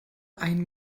ein